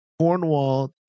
cornwall